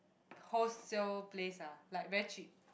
wholesale place ah like very cheap